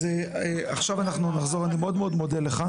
אני מאוד מודה לך.